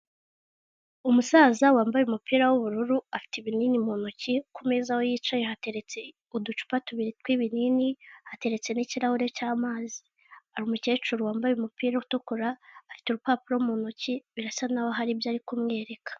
Umusaza wambaye umupira w'ubururu afite ibinini mu ntoki ku meza aho yicaye hateretse uducupa tubiri tw'ibinini hateretse n'ikirahure cy'amazi, hari umukecuru wambaye umupira utukura afite urupapuro mu ntoki birasa naho hari ibyo ari kumwereka.